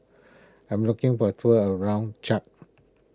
I am looking for a tour around Chad